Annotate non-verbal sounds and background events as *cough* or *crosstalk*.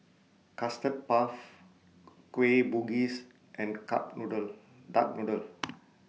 Custard Puff *noise* Kueh Bugis and *unintelligible* Noodle Duck Noodle *noise*